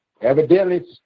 evidently